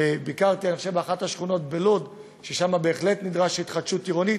ביקרתי באחת השכונות בלוד ושם בהחלט נדרשת התחדשות עירונית.